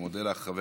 אני מודה לך.